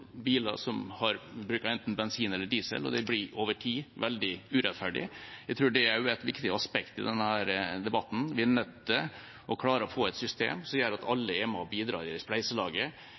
biler som bruker enten bensin eller diesel. Det blir over tid veldig urettferdig. Jeg tror også dette er et viktig aspekt i denne debatten. Vi er nødt til å klare å få et system som gjør at alle er med og bidrar i spleiselaget.